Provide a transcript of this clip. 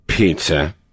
Pizza